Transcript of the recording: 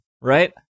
right